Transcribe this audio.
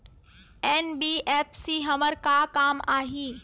NBFC हमर का काम आही?